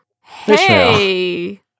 Hey